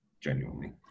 genuinely